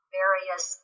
various